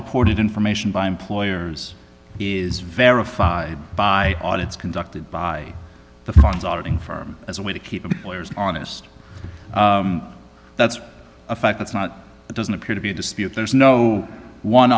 reported information by employers is verified by audits conducted by the phone's auditing firm as a way to keep the players honest that's a fact that's not it doesn't appear to be a dispute there's no one